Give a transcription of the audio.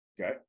Okay